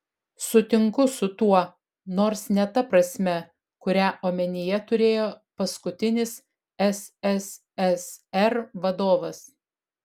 sutinku su tuo nors ne ta prasme kurią omenyje turėjo paskutinis sssr vadovas